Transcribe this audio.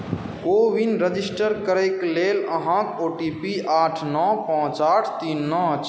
CoWIN register करय लेल अहाँके ओ टी पी आठ नओ पाँच आठ तीन नओ अछि